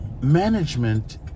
management